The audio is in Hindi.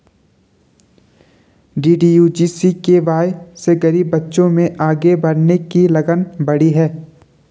डी.डी.यू जी.के.वाए से गरीब बच्चों में आगे बढ़ने की लगन बढ़ी है